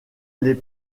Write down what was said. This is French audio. les